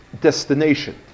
destination